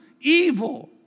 evil